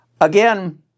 Again